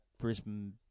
Brisbane